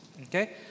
okay